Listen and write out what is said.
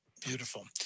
Beautiful